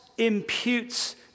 Imputes